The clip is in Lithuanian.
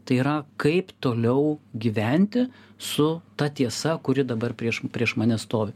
tai yra kaip toliau gyventi su ta tiesa kuri dabar prieš prieš mane stovi